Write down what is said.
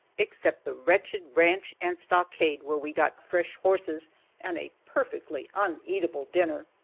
except the wretched ranch and stockade where we got fresh horses and a perfectly uneatable dinner.